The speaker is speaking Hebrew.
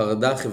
חרדה חברתית,